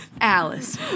Alice